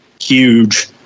huge